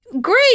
Great